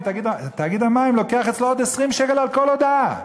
תאגיד המים לוקח אצלו עוד 20 שקל על כל הודעה.